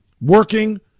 working